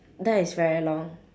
that is very long